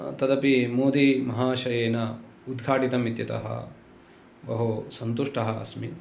तदपि मोदी महाशयेन उद्घाटितम् इत्यतः बहु सन्तुष्टः अस्मि